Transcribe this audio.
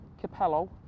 Capello